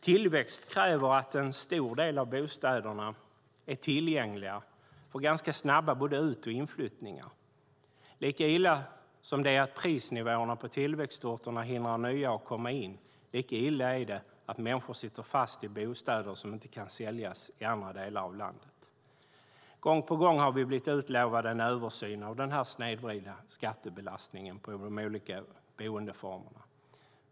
Tillväxt kräver att en stor del av bostäderna är tillgängliga och med ganska snabba både in och utflyttningar. Lika illa som det är att prisnivåerna på tillväxtorterna hindrar nya att komma in är det att människor sitter fast i bostäder som inte kan säljas i andra delar av landet. Gång på gång har vi blivit utlovade en översyn av den snedvridande skattebelastningen på de olika boendeformerna.